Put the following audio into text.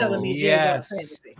Yes